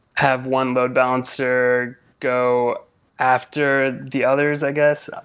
have one load balancer go after the others, i guess.